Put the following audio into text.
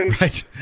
Right